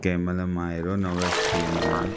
कंहिं महिल मां अहिड़ो नरवस थी वेंदो आहियां